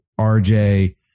RJ